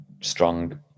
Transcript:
strong